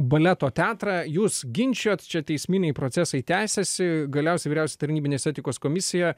baleto teatrą jūs ginčijot čia teisminiai procesai tęsiasi galiausiai vyriausia tarnybinės etikos komisija